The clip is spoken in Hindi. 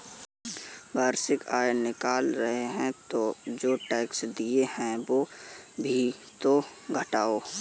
वार्षिक आय निकाल रहे हो तो जो टैक्स दिए हैं वो भी तो घटाओ